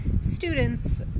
students